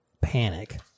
panic